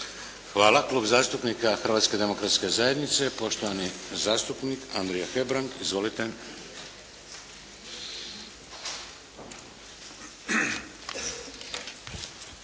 Hvala. Klub zastupnika Hrvatske demokratske zajednice, poštovani zastupnik Andrija Hebrang. Izvolite!